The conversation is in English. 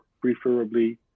preferably